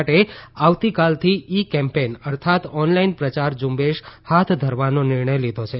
માટે આવતીકાલથી e campaign અર્થાત ઓનલાઈન પ્રયાર ઝુંબેશ ફાથ ધરવાનો નિર્ણય લીધો છે